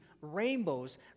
rainbows